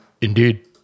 Indeed